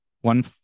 one